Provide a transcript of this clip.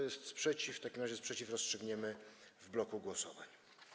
Jest sprzeciw, w takim razie tę kwestię rozstrzygniemy w bloku głosowań.